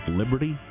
liberty